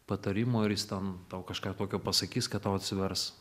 patarimo ir jis ten tau kažką tokio pasakys kad tau atsivers